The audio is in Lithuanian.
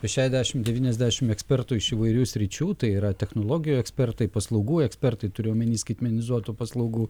už šešiasdešimt devyniasdešimt ekspertų iš įvairių sričių tai yra technologijų ekspertai paslaugų ekspertai turiu omeny skaitmenizuotų paslaugų